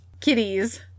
kitties